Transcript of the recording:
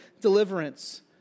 deliverance